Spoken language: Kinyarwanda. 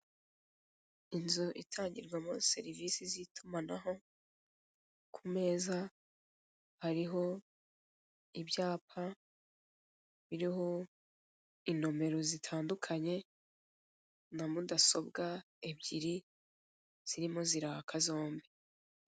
Inzu itangirwamo serivise z'itumanaho ku meza hariho ibyapa biriho inomero zitandukanye n'amudasobwa ebyiri zirimo ziraka zombi.